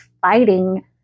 fighting